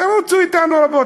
ירוצו אתנו רבות.